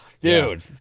dude